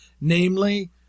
Namely